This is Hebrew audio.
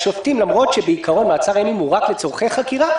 למרות שבעיקרון מעצר ימים הוא רק לצרכי חקירה,